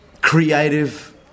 creative